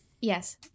Yes